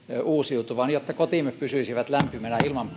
uusiutuvaan jotta kotimme pysyisivät lämpiminä ilman